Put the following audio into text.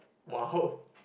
!wow!